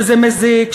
שזה מזיק,